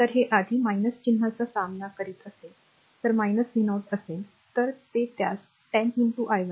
तर हे आधी चिन्हाचा सामना करीत असेल तर v0 असेल तर ते त्यास 10 i1